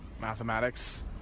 Mathematics